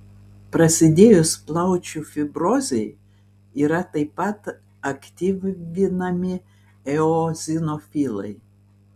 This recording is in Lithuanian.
prasidėjus plaučių fibrozei yra taip pat aktyvinami eozinofilai